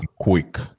quick